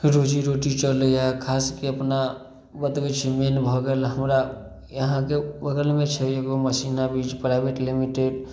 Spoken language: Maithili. रोजीरोटी चलैया खासके अपना बतबै छी मेन भऽ गेल हमरा यहाँके बगलमे छै एगो मशीन प्राइबेट लिमिटेड